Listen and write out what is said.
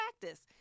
practice